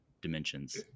dimensions